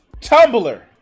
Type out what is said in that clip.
Tumblr